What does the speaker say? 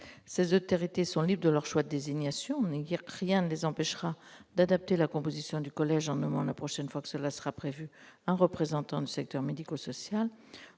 ces autorités sont libres de leur choix de désignation, et rien ne les empêchera d'adapter la composition du collège en nommant, la prochaine fois que cela sera prévu, un représentant du secteur médico-social.